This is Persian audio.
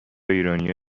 ایرانیا